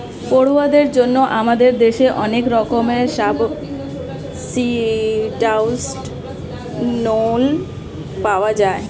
পড়ুয়াদের জন্য আমাদের দেশে অনেক রকমের সাবসিডাইস্ড্ লোন পাওয়া যায়